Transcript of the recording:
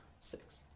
six